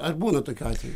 ar būna tokių atvejų